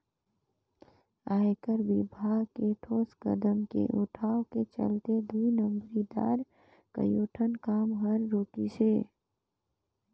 आयकर विभाग के ठोस कदम के उठाव के चलते दुई नंबरी दार कयोठन काम हर रूकिसे